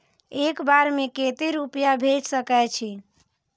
एक बार में केते रूपया भेज सके छी?